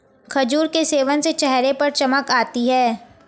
खजूर के सेवन से चेहरे पर चमक आती है